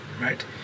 Right